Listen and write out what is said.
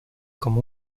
como